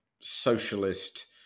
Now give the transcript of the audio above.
socialist